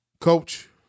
Coach